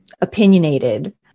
opinionated